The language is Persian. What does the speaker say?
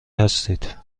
هستید